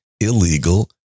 illegal